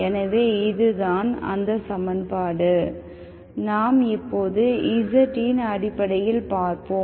எனவே இது தான் அந்த சமன்பாடு நாம் இப்போது z இன் அடிப்படையில் பார்ப்போம்